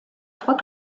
trois